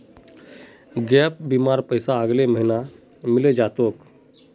gap बीमार पैसा अगले महीने मिले जा तोक